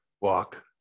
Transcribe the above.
walk